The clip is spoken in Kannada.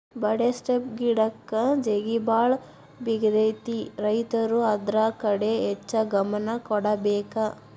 ಬಡೆಸ್ವಪ್ಪ್ ಗಿಡಕ್ಕ ಜೇಗಿಬಾಳ ಬಿಳತೈತಿ ರೈತರು ಅದ್ರ ಕಡೆ ಹೆಚ್ಚ ಗಮನ ಕೊಡಬೇಕ